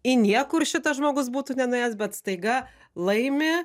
į niekur šitas žmogus būtų nenuėjęs bet staiga laimi